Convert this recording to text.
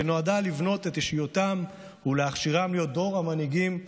שנועדה לבנות את אישיותם ולהכשירם להיות דור המנהיגים הבא.